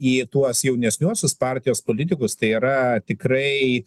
į tuos jaunesniuosius partijos politikus tai yra tikrai